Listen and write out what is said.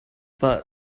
but